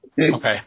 Okay